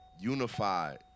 unified